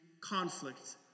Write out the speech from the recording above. conflict